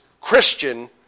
Christian